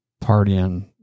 partying